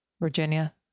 Virginia